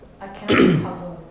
I cannot recover